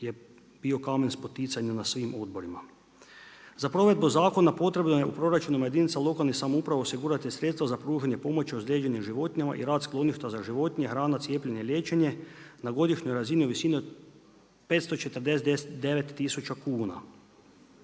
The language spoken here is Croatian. je bio kamen s poticanjem na svim odborima. Za provedbu zakona potrebno je u proračunima jedinica lokalnih samouprava osigurati sredstava za pružanje pomoći ozlijeđenim životinjama i rad skloništa za životinja, hrana, cijepljenje, liječenje, na godišnjoj razini u visini od 549000 kuna.